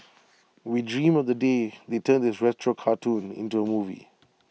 we dream of the day they turn this retro cartoon into A movie